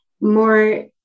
more